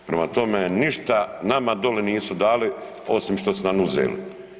Prema tome, ništa nama doli nisu dali osim što su nam uzeli.